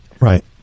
Right